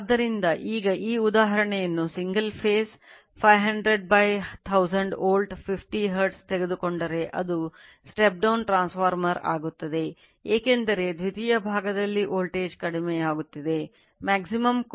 ಆದ್ದರಿಂದ ಈಗ ಈ ಉದಾಹರಣೆಯನ್ನು single phase ದಲ್ಲಿ 50 ಸೆಂಟಿಮೀಟರ್2 ರಲ್ಲಿ